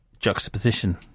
juxtaposition